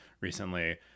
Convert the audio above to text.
recently